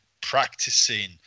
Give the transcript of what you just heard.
practicing